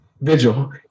Vigil